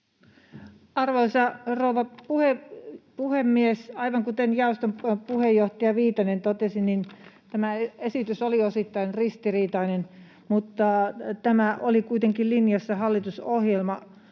Arvoisa rouva puhemies! Aivan kuten jaoston puheenjohtaja Viitanen totesi, niin tämä esitys oli osittain ristiriitainen, mutta tämä oli kuitenkin linjassa hallitusohjelman